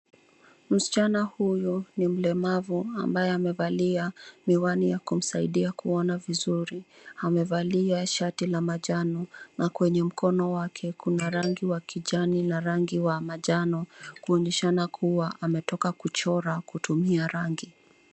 Msichana huyu ni mlemavu, ambaye amevalia miwani ya kumsaidia kuona vizuri. Amevalia shati la manjano na kwenye mkono wake kuna rangi wa kijani na rangi wa manjano kuonyesha kuwa ametoka kuchora kutumia rangi.